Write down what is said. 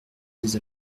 dès